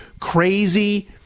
crazy